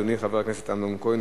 אדוני חבר הכנסת אמנון כהן,